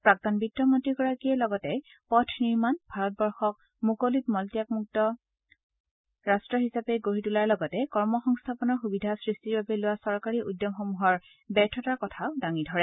প্ৰাক্তন বিত্ত মন্ত্ৰীগৰাকীয়ে লগতে পথ নিৰ্মাণ ভাৰতবৰ্ষক মুকলিত মলত্যাগ অভ্যাসমুক্ত ৰাট্ট হিচাপে গঢ়ি তোলাৰ লগতে কৰ্মসংস্থাপনৰ সুবিধা সৃষ্টিৰ বাবে লোৱা চৰকাৰী উদ্যমসমূহৰ ব্যৰ্থতাৰ কথা দাঙি ধৰে